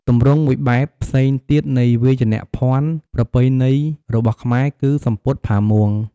ទម្រង់មួយបែបផ្សេងទៀតនៃវាយភ័ណ្ឌប្រពៃណីរបស់ខ្មែរគឺ សំពត់ផាមួង។